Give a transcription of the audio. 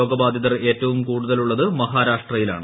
രോഗബധിതർ ഏറ്റവും കൂടുതലുള്ള മഹാരാഷ്ട്രയിലാണ്